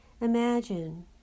imagine